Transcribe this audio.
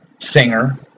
singer